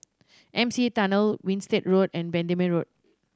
M C E Tunnel Winstedt Road and Bendemeer Road